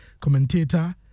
commentator